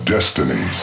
Destiny